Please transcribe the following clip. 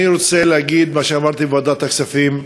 אני רוצה להגיד מה שאמרתי בוועדת הכספים,